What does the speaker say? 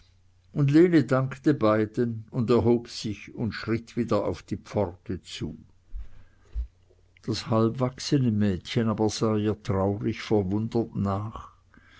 und lene dankte beiden und erhob sich und schritt wieder auf die pforte zu das halbwachsene mädchen aber sah ihr traurig verwundert nach